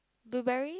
blueberry